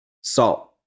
salt